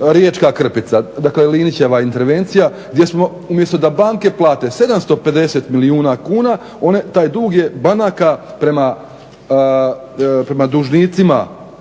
riječka krpica, dakle Linićeva intervencija gdje smo umjesto da banke plate 750 milijuna kuna, taj dug banaka je prema dužnicima